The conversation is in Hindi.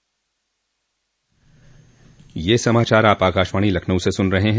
यह समाचार आप आकाशवाणी लखनऊ से सुन रहे हैं